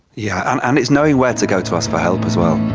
yeah and it's knowing where to go to ask for help as well.